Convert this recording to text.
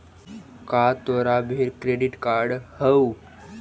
का तोरा भीर क्रेडिट कार्ड हउ?